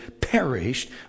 perished